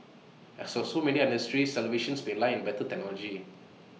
as so so many other industries salvation may lie in better technology